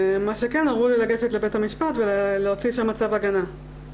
אמרו לי לגשת לבית המשפט ולהוציא שם צו הגנה.